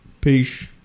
Peace